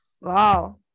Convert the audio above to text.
Wow